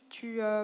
tu